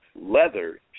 leather